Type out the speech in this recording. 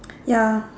ya